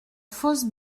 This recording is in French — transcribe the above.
fosse